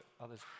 others